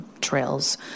trails